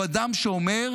שהוא אדם שאומר: